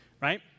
right